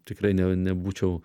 tikrai ne nebūčiau